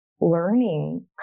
learning